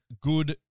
good